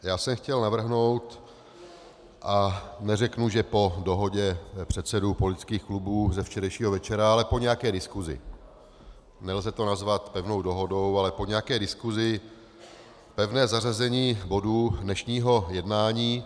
Já jsem chtěl navrhnout a neřeknu, že po dohodě předsedů politických klubů ze včerejšího večera, ale po nějaké diskusi, nelze to nazvat pevnou dohodou, ale po nějaké diskusi, pevné zařazení bodů dnešního jednání.